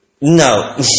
No